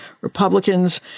Republicans